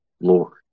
Lord